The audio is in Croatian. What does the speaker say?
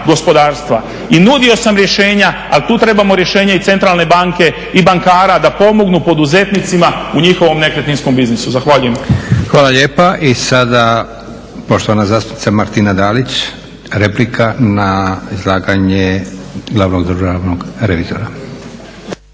gospodarstva. I nudio sam rješenja ali tu trebamo rješenje i centralne banke i bankara da pomognu poduzetnicima u njihovom nekretninskom biznisu. Zahvaljujem. **Leko, Josip (SDP)** Hvala lijepa. I sada poštovana zastupnica Martina Dalić, replika na izlaganje glavnog državnog revizora.